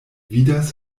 vidas